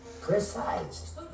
precise